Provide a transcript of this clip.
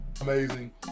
amazing